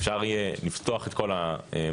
אפשר יהיה לפתוח את כל ה --- תודה,